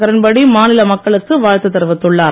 கிரண்பேடி மாநில மக்களுக்கு வாழ்த்து தெரிவித்துள்ளார்